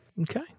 Okay